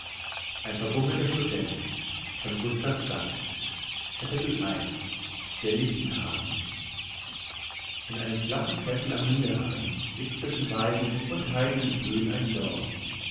ein verbummelter student der lichtenhagen in einem flachen kessel am niederrhein liegt zwischen waldigen und heidigen höhen ein dorf